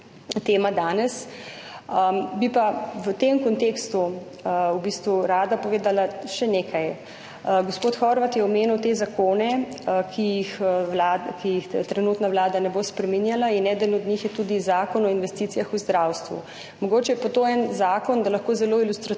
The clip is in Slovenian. tema danes. Bi pa v tem kontekstu rada povedala še nekaj. Gospod Horvat je omenil zakone, ki jih trenutna vlada ne bo spreminjala, in eden od njih je tudi zakon o investicijah v zdravstvu. Mogoče je pa to en zakon, kjer lahko zelo ilustrativno